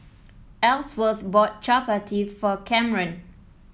Elsworth bought Chapati for Camren